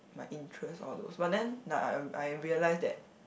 my interest all those but then like I I realise that